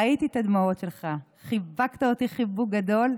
ראיתי את הדמעות שלך, חיבקת אותי חיבוק גדול,